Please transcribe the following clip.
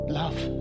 love